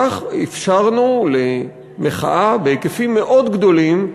כך אפשרנו למחאה בהיקפים מאוד גדולים,